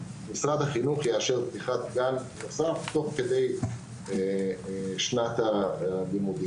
משרד החינוך יאשר פתיחת גן נוסף תוך כדי שנת הלימודים.